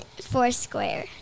Foursquare